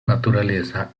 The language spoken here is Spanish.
naturaleza